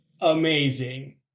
amazing